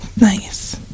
Nice